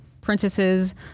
princesses